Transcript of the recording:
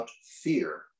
fear